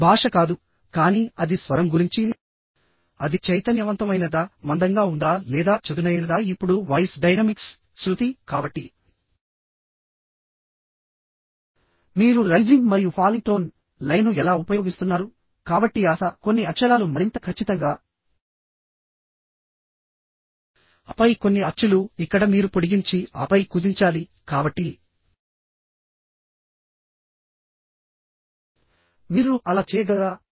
ఇది భాష కాదు కానీ అది స్వరం గురించి అది చైతన్యవంతమైనదా మందంగా ఉందా లేదా చదునైనదా ఇప్పుడు వాయిస్ డైనమిక్స్ శృతి కాబట్టి మీరు రైజింగ్ మరియు ఫాలింగ్ టోన్ లయను ఎలా ఉపయోగిస్తున్నారు కాబట్టి యాస కొన్ని అక్షరాలు మరింత ఖచ్చితంగా ఆపై కొన్ని అచ్చులు ఇక్కడ మీరు పొడిగించి ఆపై కుదించాలి కాబట్టి మీరు అలా చేయగలరా